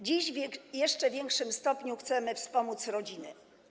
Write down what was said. Dziś w jeszcze większym stopniu chcemy wspomóc rodziny.